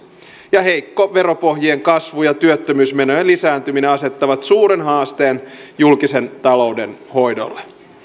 ja heikko veropohjien kasvu ja työttömyysmenojen lisääntyminen asettavat suuren haasteen julkisen talouden hoidolle